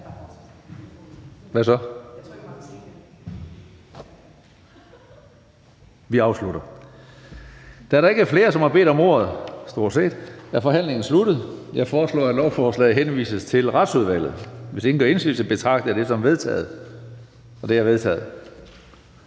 til justitsministeren. Da der ikke er flere, der har bedt om ordet, er forhandlingen sluttet. Jeg foreslår, at lovforslaget henvises til Retsudvalget. Hvis ingen gør indsigelse, betragter jeg det som vedtaget. Det er vedtaget.